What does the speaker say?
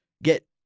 Get